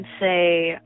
say